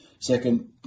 Second